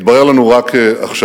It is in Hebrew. התברר לנו רק עכשיו